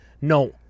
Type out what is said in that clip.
No